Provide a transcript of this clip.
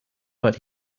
but